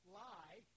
lie